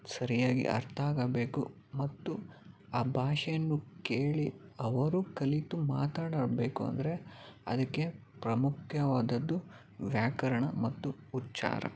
ಸರಿಯಾಗಿ ಅರ್ಥ ಆಗಬೇಕು ಮತ್ತು ಆ ಭಾಷೆಯನ್ನು ಕೇಳಿ ಅವರು ಕಲಿತು ಮಾತಾಡಬೇಕು ಅಂದರೆ ಅದಕ್ಕೆ ಪ್ರಮುಖವಾದದ್ದು ವ್ಯಾಕರಣ ಮತ್ತು ಉಚ್ಚಾರ